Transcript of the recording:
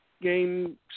game